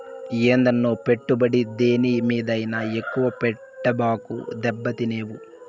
ఏందన్నో, పెట్టుబడి దేని మీదైనా ఎక్కువ పెట్టబాకు, దెబ్బతినేవు